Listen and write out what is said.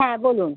হ্যাঁ বলুন